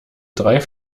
drei